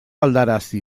aldarazi